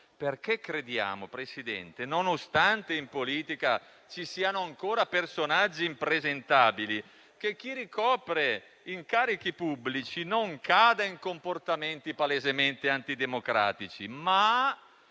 infatti, signor Presidente, che, nonostante in politica ci siano ancora personaggi impresentabili, chi ricopre incarichi pubblici non cada in comportamenti palesemente antidemocratici.